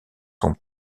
son